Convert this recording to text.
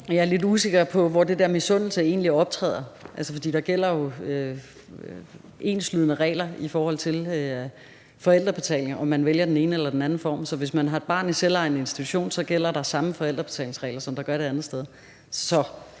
Jeg er lidt usikker på, hvor den der misundelse egentlig optræder, for der gælder jo altså enslydende regler i forhold til forældrebetaling, om man vælger den ene eller den anden form: Hvis man har et barn i selvejende institution, gælder der samme forældrebetalingsregler, som der gør det andet sted.